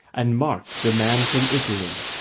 and mark, the man from italy,